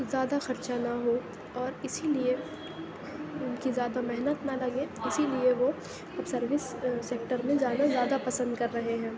زیادہ خرچہ نہ ہو اور اِسی لیے اُن کی زیادہ محنت نہ لگے اِسی لیے وہ اب سروس سیکٹر میں جانا زیادہ پسند کر رہے ہیں